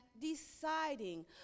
deciding